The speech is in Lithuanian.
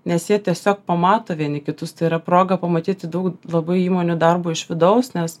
nes jie tiesiog pamato vieni kitus tai yra proga pamatyti daug labai įmonių darbo iš vidaus nes